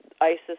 ISIS